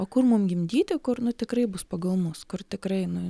o kur mum gimdyti kur tikrai bus pagal mus kur tikrai nu